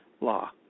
law